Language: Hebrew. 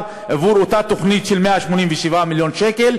עבור אותה תוכנית של 187 מיליון שקל,